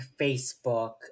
Facebook